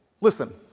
Listen